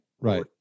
right